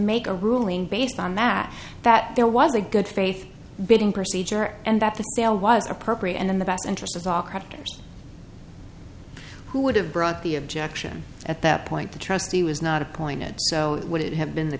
make a ruling based on that that there was a good faith bidding procedure and that the sale was appropriate and in the best interest of all creditors who would have brought the objection at that point the trustee was not appointed so would it have been the